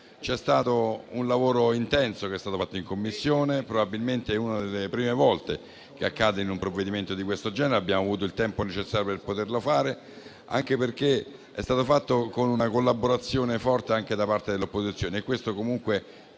È stato un lavoro intenso quello fatto in Commissione e probabilmente è una delle prime volte che accade per un provvedimento di questo genere: abbiamo avuto il tempo necessario per farlo, anche perché è stato fatto con una collaborazione forte anche da parte dell'opposizione. Questo fa